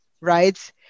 right